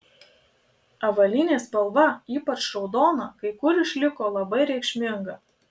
avalynės spalva ypač raudona kai kur išliko labai reikšminga